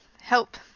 help